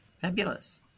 Fabulous